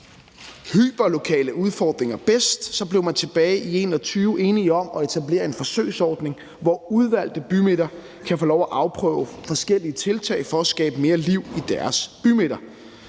hyperlokale udfordringer bedst, blev man tilbage i 2021 enige om at etablere en forsøgsordning, hvor udvalgte bymidter kan få lov at afprøve forskellige tiltag for at skabe mere liv i deres bymidter.